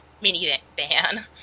mini-van